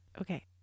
Okay